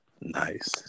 nice